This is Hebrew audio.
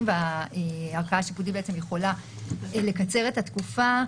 והערכאה השיפוטית יכולה לקצר את התקופה.